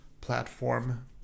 platform